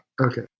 Okay